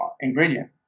ingredient